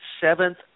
seventh